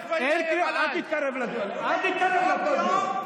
בוא תעלה לכאן.